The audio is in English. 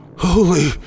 Holy